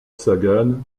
sagan